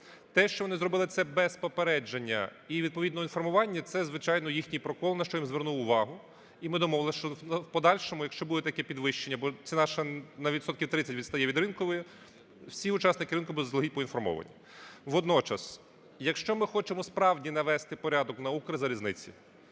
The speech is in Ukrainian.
Те, що вони зробили це без попередження і відповідного інформування, це, звичайно, їхній протокол, на що я їм звернув увагу. І ми домовились, що в подальшому, якщо буде таке підвищення, бо це наше на відсотків 30 відстає від ринкової, всі учасники ринку будуть заздалегідь поінформовані. Водночас, якщо ми хочемо справді навести порядок на "Укрзалізниці",